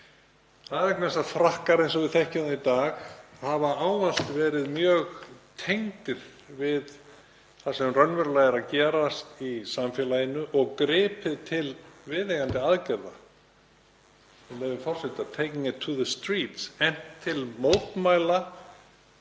Það er vegna þess að Frakkar, eins og við þekkjum þá í dag, hafa ávallt verið mjög tengdir við það sem raunverulega er að gerast í samfélaginu og gripið til viðeigandi aðgerða, með leyfi forseta, „taking it to the street“, efnt til mótmæla,